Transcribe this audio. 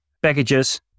Packages